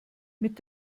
mit